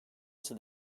nasıl